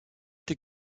été